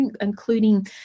including